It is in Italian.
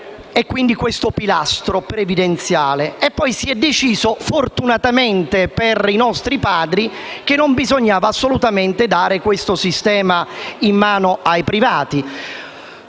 cioè di questo pilastro previdenziale. Poi si è deciso, fortunatamente per i nostri padri, che non bisognava assolutamente dare questo sistema in mano ai privati.